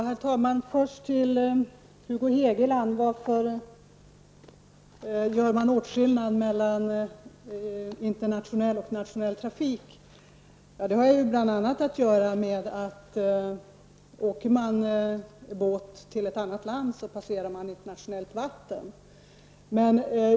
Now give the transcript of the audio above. Herr talman! Hugo Hegeland undrar varför man gör åtskillnad mellan internationell och nationell trafik. Det har bl.a. att göra med att man, om man åker båt till ett annat land, passerar internationellt vatten.